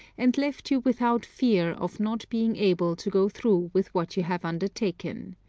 and left you without fear of not being able to go through with what you have undertaken.